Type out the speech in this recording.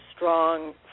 strong